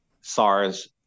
SARS